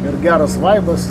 ir geras vaibas